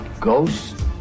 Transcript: Ghost